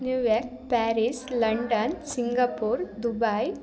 New York Paris London Singapore Dubai